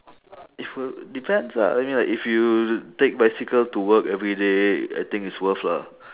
if you depends ah I mean like if you take bicycle to work everyday I think it's worth lah